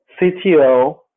CTO